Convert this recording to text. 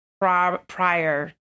prior